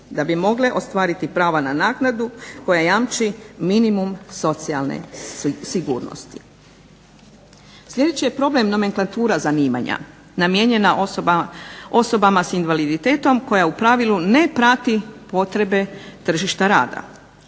da b mogle ostvariti prava na naknadu koja jamči minimum socijalne sigurnosti. Sljedeći je problem nomenklatura zanimanja namijenjena osobama s invaliditetom koja u pravilu ne prati potreba tržišta rada.